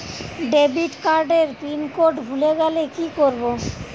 Debit card এর pin code ভুলে গেলে কি করব?